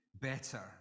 better